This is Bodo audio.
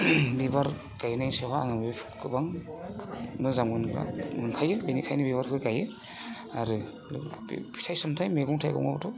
बिबार गायनाय सायावहा आङो बे गोबां मोजां मोनग्रा मोनखायो बिनिखायनो बिबारखौ गायो आरो बे फिथाइ सामथाइ मैगं थाइगङावथ'